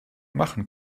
machen